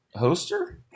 hoster